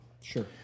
Sure